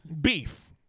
beef